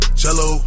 cello